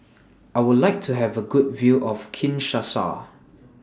I Would like to Have A Good View of Kinshasa